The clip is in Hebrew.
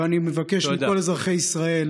ואני מבקש מכל אזרחי ישראל: